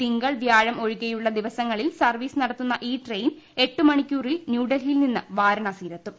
തിങ്കൾ വ്യാഴം ഒഴികെയുള്ള ദിവസങ്ങളിൽ സർവ്വീസ് നടത്തുന്ന ഈ ക്ട്രടയിൻ എട്ടു മണിക്കൂറിൽ ന്യൂഡൽഹിയിൽ നിന്ന് വാരാണാസിയിൽ ഏത്തും